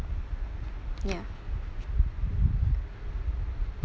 ya